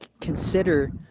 consider